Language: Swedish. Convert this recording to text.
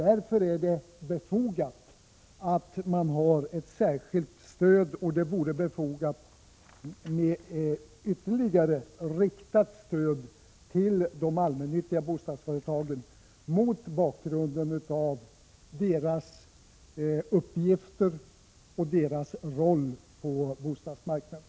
Därför är det befogat att ha ett särskilt stöd, och det vore befogat med ytterligare riktade stöd till de allmännyttiga bostadsföretagen mot bakgrund av deras uppgifter och deras roll på bostadsmarknaden.